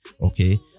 okay